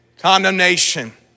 condemnation